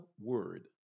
word